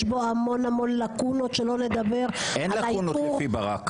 יש בו המון המון לקונות -- אין לקונות לפי ברק.